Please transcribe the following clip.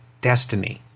destiny